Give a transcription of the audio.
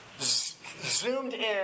zoomed-in